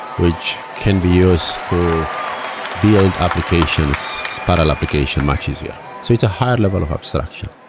which can be used to build applications, spiral application much easier. so it's a higher level of abstraction,